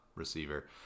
receiver